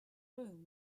room